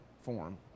form